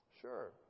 Sure